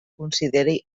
consideri